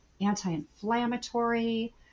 anti-inflammatory